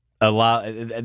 allow